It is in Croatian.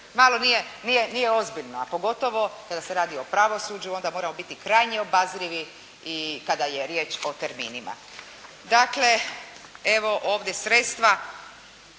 Malo nije ozbiljno, a pogotovo kada se radi o pravosuđu, onda moramo biti krajnje obazrivi i kada je riječ o terminima. Dakle, evo ovdje sredstva